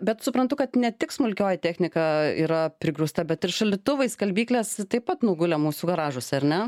bet suprantu kad ne tik smulkioji technika yra prigrūsta bet ir šaldytuvai skalbyklės taip pat nugulę mūsų garažuose ar ne